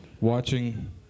watching